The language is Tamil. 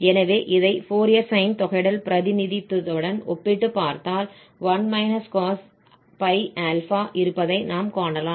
எனவே இதை ஃபோரியர் சைன் தொகையிடல் பிரதிநிதித்துவத்துடன் ஒப்பிட்டுப் பார்த்தால் 1−cosπα இருப்பதை நாம் காணலாம்